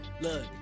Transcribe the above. look